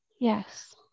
yes